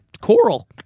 coral